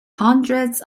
hundreds